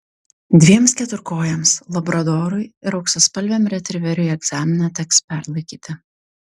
dviems keturkojams labradorui ir auksaspalviam retriveriui egzaminą teks perlaikyti